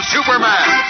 Superman